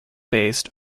based